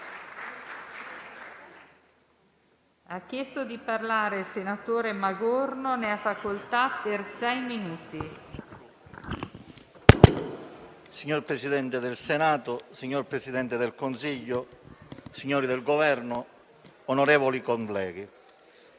Signor Presidente, signor Presidente del Consiglio, signori del Governo, onorevoli colleghi,